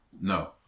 No